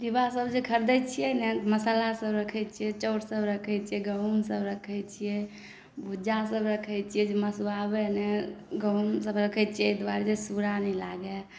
डिब्बा सब जे खरदै छियै ने मसल्ला सब रखै छियै चाउर सब रखै छियै गहूॅंम सब रखै छियै भूज्जा सब रखै छियै जे मसुआबै नहि गहूॅंम सब रखै छियै एहि दुआरे जे सूरा नहि लागऽ